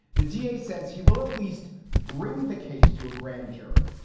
the d a. says he will at least bring the case to a grand jury.